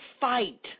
fight